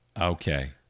Okay